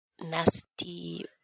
nasty